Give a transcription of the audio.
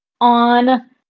on